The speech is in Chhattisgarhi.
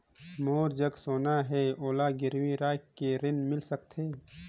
मोर जग सोना है ओला गिरवी रख के ऋण मिल सकथे?